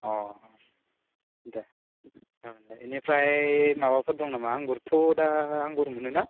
अ दे ओं दे बिनिफ्राय माबाफोर दं नामा आंगुरथ' दा आंगुर मोनोना